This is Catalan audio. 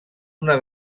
una